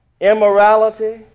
immorality